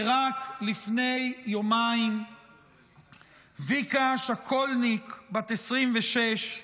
ורק לפני יומיים ויקה שקולניק, בת 26,